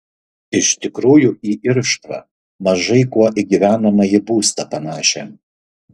iš tikrųjų į irštvą mažai kuo į gyvenamąjį būstą panašią